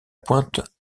pointe